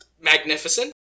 magnificent